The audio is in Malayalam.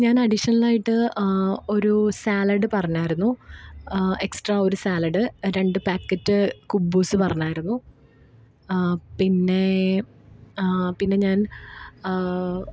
ഞാൻ അഡ്ഡിഷണലായിട്ട് ഒരു സാലഡ് പറഞ്ഞിരുന്നു എക്സ്ട്രാ ഒരു സാലഡ് രണ്ട് പേക്കറ്റ് കുബ്ബൂസ്സ് പറഞ്ഞിരുന്നു പിന്നെ പിന്നെ ഞാൻ